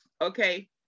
Okay